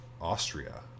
Austria